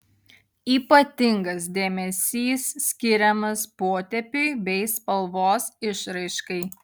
ypatingas dėmesys skiriamas potėpiui bei spalvos išraiškai